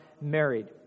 married